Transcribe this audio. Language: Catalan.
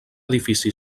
edifici